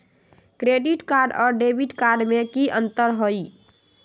Credit card और debit card में की अंतर हई?